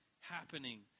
happening